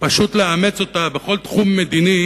ולאמץ אותה בכל תחום מדיני